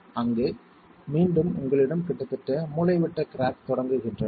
அங்கு மீண்டும் உங்களிடம் கிட்டத்தட்ட மூலைவிட்ட கிராக் தொடங்குகின்றன